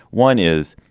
one is,